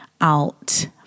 out